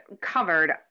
covered